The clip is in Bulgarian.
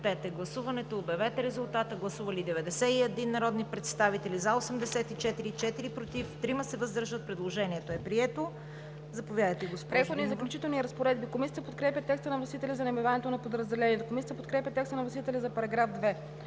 „Преходни и заключителни разпоредби“. Комисията подкрепя текста на вносителя за наименованието на подразделението. Комисията подкрепя текста на вносителя за § 2.